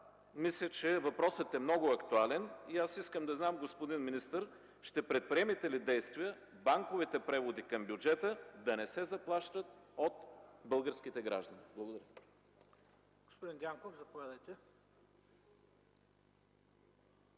Мисля, че въпросът е много актуален и искам да знам, господин министър: ще предприемете ли действия банковите преводи към бюджета да не се заплащат от българските граждани? Благодаря. ПРЕДСЕДАТЕЛ ХРИСТО